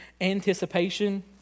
anticipation